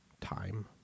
Time